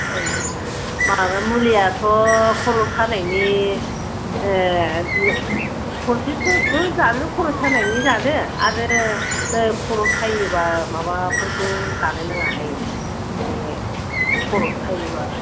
ए माबा मुलियाथ' खर' सानायनि थरसेसोफोर जादो खर' सानायनि जादो आरो नै खर' सायोबा माबाफोरखौ जानो नाङाहाय बे खर' सायोबा